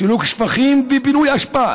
סילוק שפכים ופינוי אשפה